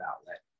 outlet